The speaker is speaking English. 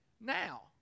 now